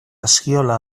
askiola